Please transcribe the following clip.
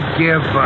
give